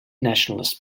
nationalist